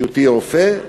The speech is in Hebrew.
בהיותי רופא.